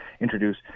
introduce